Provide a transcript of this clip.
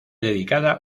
dedicada